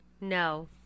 No